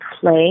play